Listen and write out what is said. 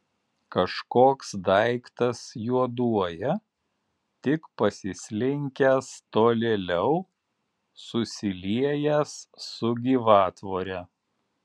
kažkoks daiktas juoduoja tik pasislinkęs tolėliau susiliejęs su gyvatvore